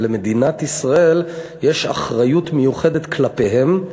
ולמדינת ישראל יש אחריות מיוחדת כלפיהם,